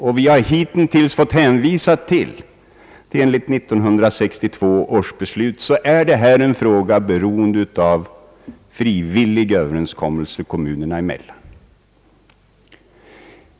Hittills har jag fått hänvisa till 1962 års beslut om att reformen utgår från frivilliga överenskommelser kommunerna emellan.